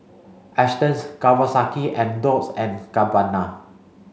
Astons Kawasaki and Dolce and Gabbana